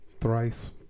Thrice